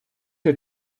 her